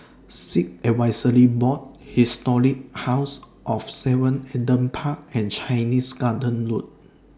Sikh Advisory Board Historic House of seven Adam Park and Chinese Garden Road